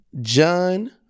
John